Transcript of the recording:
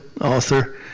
author